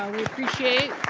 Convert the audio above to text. we appreciate